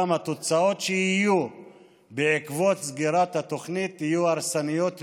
גם התוצאות שיהיו בעקבות סגירת התוכנית יהיו הרסניות מאוד,